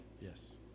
Yes